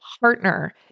partner